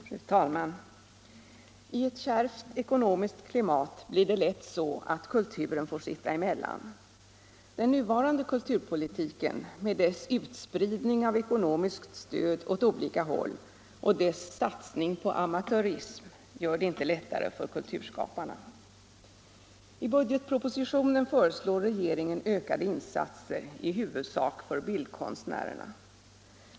Fru talman! I ett kärvt ekonomiskt klimat blir det lätt så att kulturen får sitta emellan. Den nuvarande kulturpolitiken med dess utspridning av ekonomiskt stöd åt olika håll och dess satsning på amatörism gör det inte lättare för kulturskaparna. I budgetpropositionen föreslår regeringen ökade insatser i huvudsak för bildkonstnärerna.